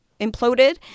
imploded